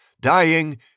dying